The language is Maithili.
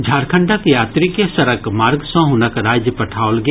झारखंडक यात्री के सड़क मार्ग सँ हुनक राज्य पठाओल गेल